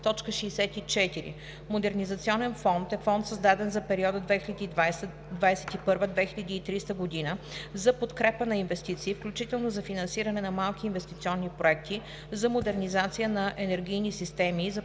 „Модернизационен фонд“ е фонд, създаден за периода 2021 – 2030 г., за подкрепа на инвестиции, включително за финансиране на малки инвестиционни проекти, за модернизация на енергийни системи и за